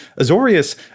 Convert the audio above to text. azorius